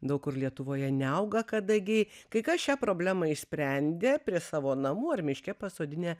daug kur lietuvoje neauga kadagiai kai kas šią problemą išsprendė prie savo namų ar miške pasodinę